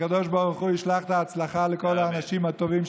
שהקדוש ברוך הוא ישלח הצלחה לכל האנשים הטובים,